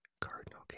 Cardinal